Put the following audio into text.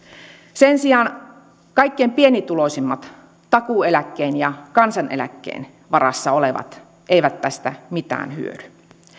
sen sijaan kaikkein pienituloisimmat takuueläkkeen ja kansaneläkkeen varassa olevat eivät tästä mitään hyödy